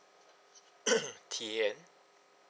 T A N